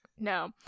No